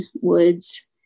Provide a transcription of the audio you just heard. woods